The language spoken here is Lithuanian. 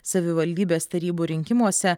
savivaldybės tarybų rinkimuose